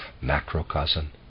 macrocosm